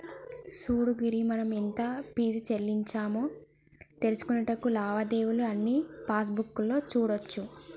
సూడు గిరి మనం ఎంత ఫీజు సెల్లించామో తెలుసుకొనుటకు లావాదేవీలు అన్నీ పాస్బుక్ లో సూడోచ్చు